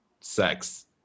sex